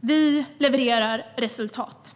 Vi levererar resultat.